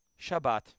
Shabbat